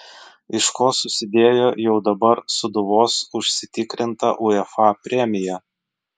iš ko susidėjo jau dabar sūduvos užsitikrinta uefa premija